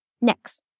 Next